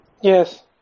Yes